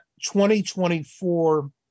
2024